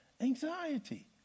anxiety